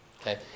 okay